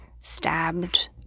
stabbed